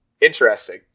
Interesting